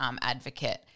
advocate